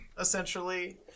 essentially